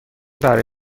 برای